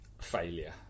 failure